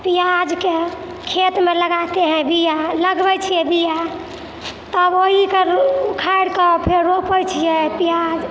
प्याजके खेतमे लगाते हैं बिया लगबै छियै बिया तब ओहिके उखाड़िके फेर रोपै छियै प्याज